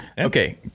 Okay